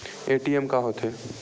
ATM का होथे?